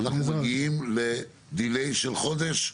אנחנו מגיעים לדיליי של חודש?